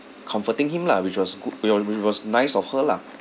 comforting him lah which was goo~ which was which was nice of her lah